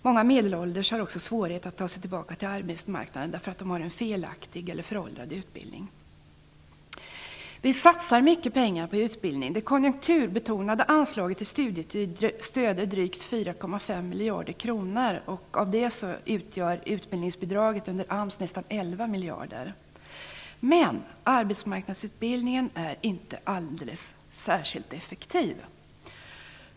Många medelålders har också svårigheter att ta sig tillbaka till arbetsmarknaden därför att de har en felaktig eller föråldrad utbildning. Vi satsar mycket pengar på utbildning. Det konjunkturbetonade anslaget till studiestöd är drygt 4,5 utgör nästan 11 miljarder. Men arbetsmarknadsutbildningen är inte särskilt effektiv.